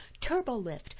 Turbolift